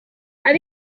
have